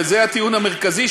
וזה הטיעון המרכזי,